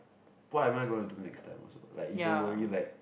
what I'm gonna do next time also like it's a worry like